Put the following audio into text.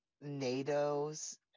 nato's